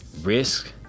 risk